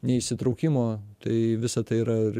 nei įsitraukimo tai visa tai yra ir